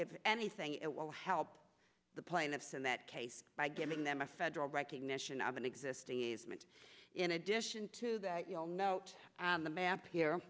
if anything it will help the plaintiffs in that case by giving them a federal recognition of an existing easement in addition to that you'll note on the map here